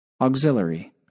Auxiliary